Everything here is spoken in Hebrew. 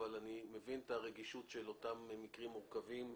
אבל אני מבין את הרגישות של אותם מקרים מורכבים,